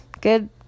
good